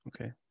okay